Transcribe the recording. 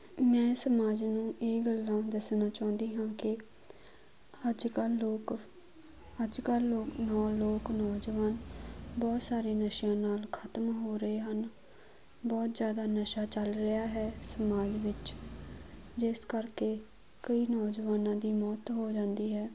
ਮੈਂ ਸਮਾਜ ਨੂੰ ਇਹ ਗੱਲਾਂ ਦੱਸਣਾ ਚਾਹੁੰਦੀ ਹਾਂ ਕਿ ਅੱਜ ਕੱਲ੍ਹ ਲੋਕ ਅੱਜ ਕੱਲ੍ਹ ਲੋਕ ਨੋ ਲੋਕ ਨੌਜਵਾਨ ਬਹੁਤ ਸਾਰੇ ਨਸ਼ਿਆਂ ਨਾਲ ਖਤਮ ਹੋ ਰਹੇ ਹਨ ਬਹੁਤ ਜ਼ਿਆਦਾ ਨਸ਼ਾ ਚੱਲ ਰਿਹਾ ਹੈ ਸਮਾਜ ਵਿੱਚ ਜਿਸ ਕਰਕੇ ਕਈ ਨੌਜਵਾਨਾਂ ਦੀ ਮੌਤ ਹੋ ਜਾਂਦੀ ਹੈ